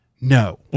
No